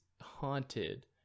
haunted